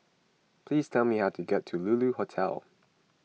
please tell me how to get to Lulu Hotel